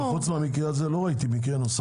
אבל חוץ מהמקרה הזה, לא ראיתי מקרה נוסף.